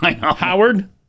Howard